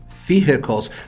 vehicles